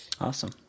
Awesome